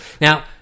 Now